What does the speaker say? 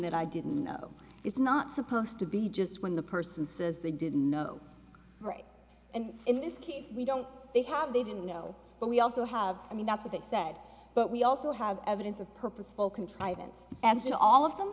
that i didn't know it's not supposed to be just when the person says they didn't know and in this case we don't they have they didn't know but we also have i mean that's what they said but we also have evidence of purposeful contrivance as you know all of them